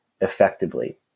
effectively